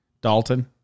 Dalton